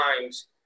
times